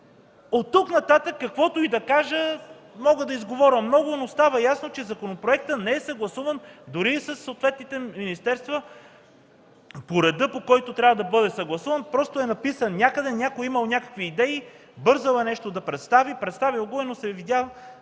От тук нататък каквото и да кажа, мога да изговоря много, но става ясно, че законопроектът не е съгласуван дори и със съответните министерства по реда, по който трябва да бъде съгласуван. Просто е написан някъде, някой е имал някакви идеи, бързал е да представи нещо, представил го е, но се видя